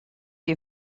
you